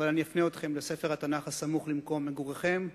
אבל אני אפנה אתכם לספר התנ"ך הסמוך למקום מגוריכם,